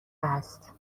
است